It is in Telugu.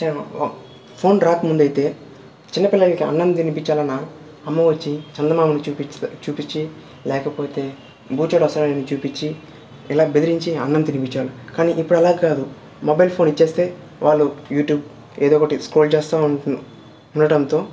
ఫోన్ రాకముందయితే చిన్నపిల్లలకి అన్నం తినిపించాలన్న అమ్మ వచ్చి చందమామను చూపి చూపిచ్చి లేకపోతే బూచోడు వస్తాడని చూపిచ్చి ఇలా బెదిరించి అన్నం తినిపించే కానీ ఇప్పుడు అలా కాదు మొబైల్ ఫోన్ ఇచ్చేస్తే వాళ్ళు యూట్యూబ్ ఏదో ఒకటి స్క్రోల్ చేస్తూ ఉండటంతో